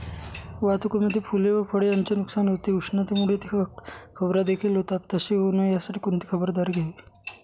वाहतुकीमध्ये फूले व फळे यांचे नुकसान होते, उष्णतेमुळे ते खराबदेखील होतात तसे होऊ नये यासाठी कोणती खबरदारी घ्यावी?